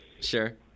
Sure